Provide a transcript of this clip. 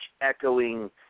echoing –